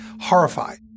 horrified